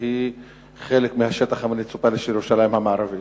שהיא חלק מהשטח המוניציפלי של ירושלים המערבית,